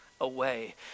away